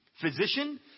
Physician